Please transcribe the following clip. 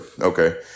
Okay